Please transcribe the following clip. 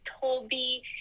toby